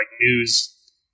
news